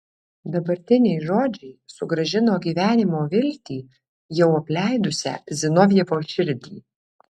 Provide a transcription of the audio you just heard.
dabartiniai žodžiai sugrąžino gyvenimo viltį jau apleidusią zinovjevo širdį